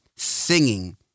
singing